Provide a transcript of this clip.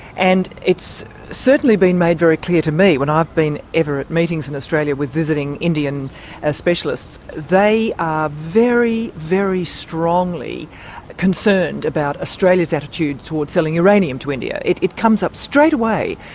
and it's certainly been made very clear to me when i've been ever at meetings in australia with visiting indian ah specialists, they are very, very strongly concerned about australia's attitude towards selling uranium to india. it it comes up straight away,